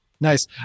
Nice